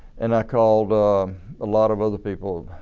and i called a lot of other people